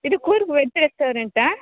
ಇದು ಕೂರ್ಗ್ ವೆಜ್ ರೆಸ್ಟೋರೆಂಟಾ